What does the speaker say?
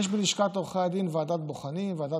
ובלשכת עורכי הדין יש ועדת בוחנים,